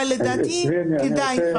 אבל לדעתי כדאי,